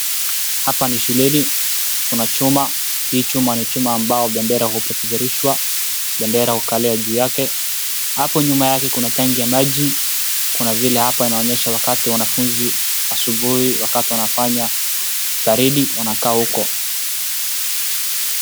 Hapa ni shuleni, kuna chuma, hii chuma ni chuma ambao bendera upeperushwa, bendera ukalia juu yake. Hapo nyuma yake kuna tangi ya maji. Kuna vile hapa inaonyesha wakati wanafuzi asubuhi wakati wanafanya baridi wanakaa huko.